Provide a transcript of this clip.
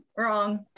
Wrong